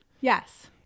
Yes